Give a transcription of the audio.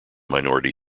minority